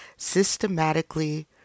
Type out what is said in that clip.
systematically